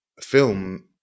film